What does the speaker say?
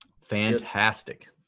Fantastic